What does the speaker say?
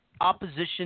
opposition